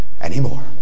anymore